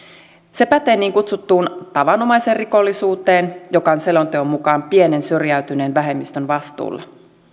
se pätee niin kutsuttuun tavanomaiseen rikollisuuteen joka on selonteon mukaan pienen syrjäytyneen vähemmistön vastuulla